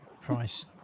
price